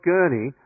Gurney